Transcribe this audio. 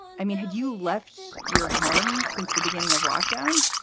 i mean, had you left your home since the beginning of lockdown?